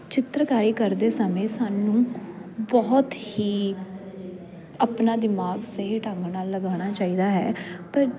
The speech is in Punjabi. ਚਿੱਤਰਕਾਰੀ ਕਰਦੇ ਸਮੇਂ ਸਾਨੂੰ ਬਹੁਤ ਹੀ ਆਪਣਾ ਦਿਮਾਗ ਸਹੀ ਢੰਗ ਨਾਲ ਲਗਾਉਣਾ ਚਾਹੀਦਾ ਹੈ ਪਰ